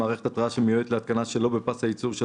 שתתייחס למערכת התרעה שמיועדת להתקנה שלא בפס הייצור של